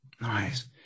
Nice